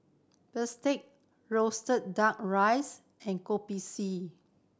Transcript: bistake roasted Duck Rice and Kopi C